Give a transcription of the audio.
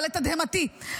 אבל לתדהמתי,